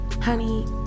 Honey